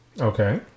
Okay